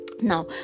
Now